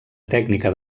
tècnica